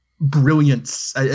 brilliance